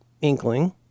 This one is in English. inkling